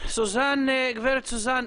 הגברת סוזן,